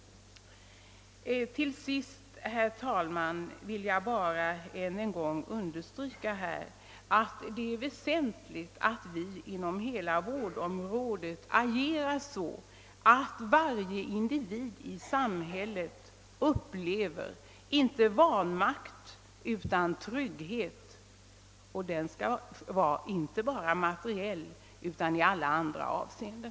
Till sist, herr talman, vill jag bara än en gång understryka, att det är väsentligt att vi inom hela vårdområdet agerar så, att varje individ i samhället upplever inte vanmakt utan trygghet — inte bara materiellt utan även i alla andra avseenden.